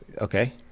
okay